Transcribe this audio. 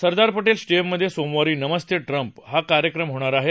सरदार पटेल स्टेडियममधे सोमवारी नमस्ते ट्रम्प हा कार्यक्रम होणार आहे